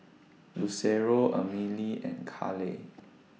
Lucero Amelie and Caleigh